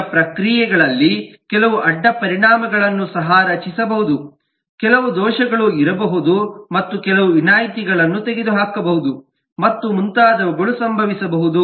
ಈಗ ಪ್ರಕ್ರಿಯೆಗಳಲ್ಲಿ ಕೆಲವು ಅಡ್ಡಪರಿಣಾಮಗಳನ್ನು ಸಹ ರಚಿಸಬಹುದು ಕೆಲವು ದೋಷಗಳು ಇರಬಹುದು ಮತ್ತು ಕೆಲವು ವಿನಾಯಿತಿಗಳನ್ನು ತೆಗೆದುಹಾಕಬಹುದು ಮತ್ತು ಮುಂತಾದವುಗಳು ಸಂಭವಿಸಬಹುದು